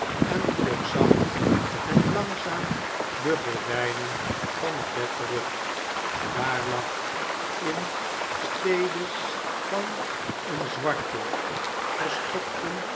en trok zacht en langzaam de gordijnen van het bed terug daar lag in stede van een zwarten verstokten